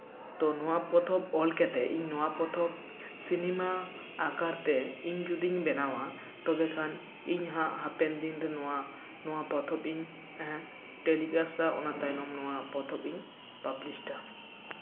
ᱛᱳ ᱱᱚᱣᱟ ᱯᱚᱛᱚᱵᱽ ᱚᱞ ᱠᱟᱛᱮᱜ ᱤᱧ ᱱᱚᱣᱟ ᱯᱚᱛᱚᱵᱽ ᱥᱤᱱᱮᱢᱟ ᱟᱠᱟᱨ ᱛᱮ ᱤᱧ ᱡᱩᱫᱤᱧ ᱵᱮᱱᱟᱣᱟ ᱛᱚᱵᱮ ᱠᱷᱟᱱ ᱤᱧ ᱦᱟᱸᱜ ᱦᱟᱯᱮᱱ ᱫᱤᱱᱨᱮ ᱱᱚᱣᱟ ᱱᱚᱣᱟ ᱯᱚᱛᱚᱵᱽ ᱤᱧ ᱴᱮᱞᱤᱠᱟᱥᱴᱟ ᱚᱱᱟ ᱛᱟᱭᱱᱚᱢ ᱱᱚᱣᱟ ᱯᱚᱛᱚᱵᱽ ᱤᱧ ᱯᱟᱵᱞᱤᱥᱴᱟ